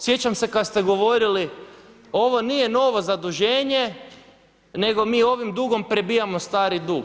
Sjećam se kad ste govorili ovo nije novo zaduženje, nego mi ovim dugom prebijamo stari dug.